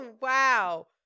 Wow